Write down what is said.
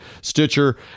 Stitcher